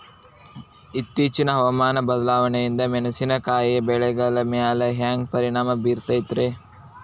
ಇತ್ತೇಚಿನ ಹವಾಮಾನ ಬದಲಾವಣೆಯಿಂದ ಮೆಣಸಿನಕಾಯಿಯ ಬೆಳೆಗಳ ಮ್ಯಾಲೆ ಹ್ಯಾಂಗ ಪರಿಣಾಮ ಬೇರುತ್ತೈತರೇ?